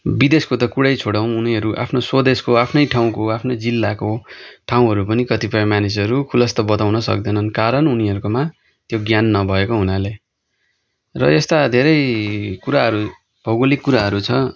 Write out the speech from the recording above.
विदेशको त कुरै छोडौँ उनीहरू आफ्नो स्वदेशको आफ्नै ठाउँको आफ्नै जिल्लाको ठाउँहरू पनि कतिपय मानिसहरू खुलस्त बताउन सक्दैनन् कारण उनीहरूकोमा त्यो ज्ञान नभएको हुनाले र यस्ता धेरै कुराहरू भौगोलिक कुराहरू छ